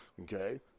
Okay